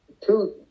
two